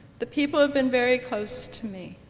the people have been very close to me,